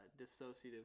dissociative